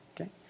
Okay